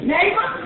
Neighbor